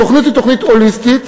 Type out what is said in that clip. התוכנית היא תוכנית הוליסטית.